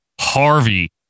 Harvey